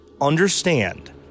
understand